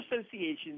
associations